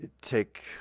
Take